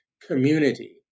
community